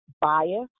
bias